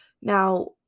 Now